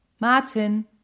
Martin